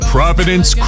Providence